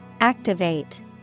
Activate